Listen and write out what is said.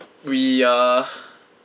we uh